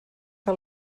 que